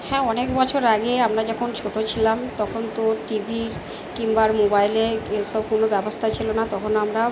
হ্যাঁ অনেক বছর আগে আমরা যখন ছোটো ছিলাম তখন তো টিভি কিংবার মোবাইলে এসব কোনো ব্যবস্থা ছিল না তখন আমরা